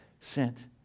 sent